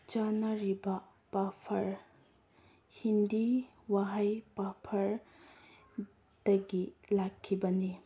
ꯆꯥꯅꯔꯤꯕ ꯄꯥꯐꯔ ꯍꯤꯟꯗꯤ ꯋꯥꯍꯩ ꯄꯥꯐꯔꯗꯒꯤ ꯂꯥꯛꯈꯤꯕꯅꯤ